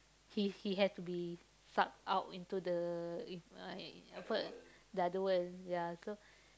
he he had to be suck out into the in uh apa the other world ya so